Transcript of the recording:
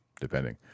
depending